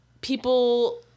people